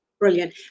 Brilliant